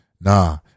Nah